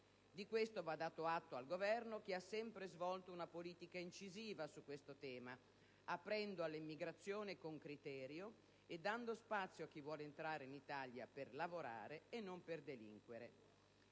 Di ciò va dato atto al Governo che ha sempre svolto una politica incisiva su questo tema, aprendo all'immigrazione con criterio e dando spazio a chi vuole entrare in Italia per lavorare e non per delinquere.